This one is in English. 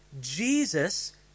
Jesus